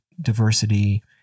diversity